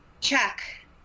check